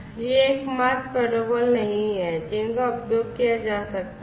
ये एकमात्र प्रोटोकॉल नहीं हैं जिनका उपयोग किया जा सकता है